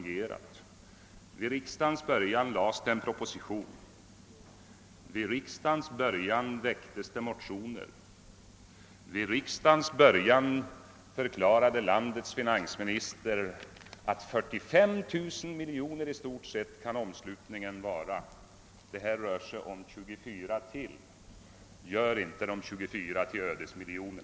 Vid riksdagens början framlades en statsverksproposition och väcktes motioner, och vid riksdagens början förklarade landets finansminister att 45 000 miljoner kunde budgetens omslutning vara. Här rör det sig om ytterligare 40 miljoner kronor. Gör inte dem till några ödesmiljoner!